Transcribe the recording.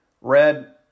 Red